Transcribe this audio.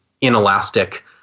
inelastic